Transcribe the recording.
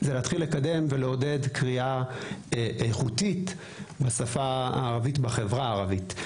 זה להתחיל לקדם ולעודד קריאה איכותית בשפה הערבית בחברה הערבית.